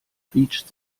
quietscht